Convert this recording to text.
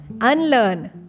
unlearn